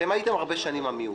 אתם הייתם הרבה שנים המיעוט,